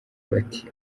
bati